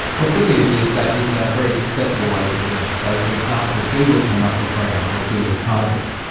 well, the good news is that it's a very accessible way to get in. so, for example, google came up with a program called google cardboard,